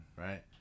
right